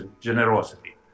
generosity